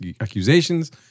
accusations